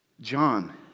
John